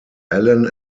allen